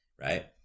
right